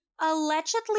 allegedly